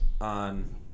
on